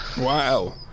Wow